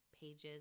pages